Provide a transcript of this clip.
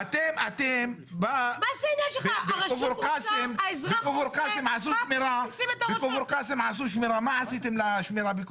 אתם, בכפר קאסם עשו שמירה, מה עשיתם לשמירה?